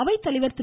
அவைத்தலைவா் திரு